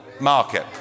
market